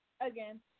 again